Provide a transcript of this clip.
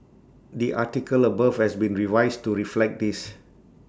the article above has been revised to reflect this